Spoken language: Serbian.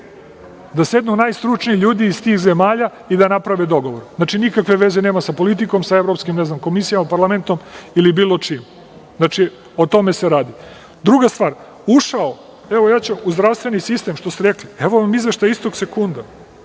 da sednu najstručniji ljudi iz tih zemalja i da naprave dogovor. Znači, nikakve veze nema sa politikom, sa evropskim komisijama, parlamentom ili bilo čim. Znači o tome se radi. Druga stvar, ušao u zdravstveni sistem što ste rekli, evo vam izveštaj istog sekunda,